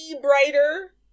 brighter